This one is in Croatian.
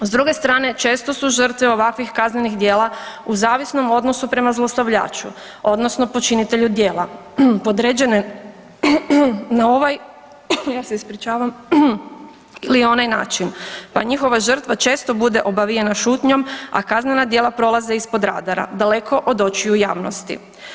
S druge strane često su žrtve ovakvih kaznenih djela u zavisnom odnosu prema zlostavljaču odnosno počinitelju djela podređene na ovaj ili onaj način pa njihova žrtva često bude obavijena šutnjom, a kaznena djela prolaze ispod radara daleko od očiju javnosti.